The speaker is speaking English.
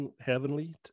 heavenly